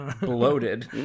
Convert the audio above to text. Bloated